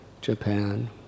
Japan